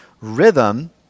rhythm